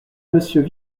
monsieur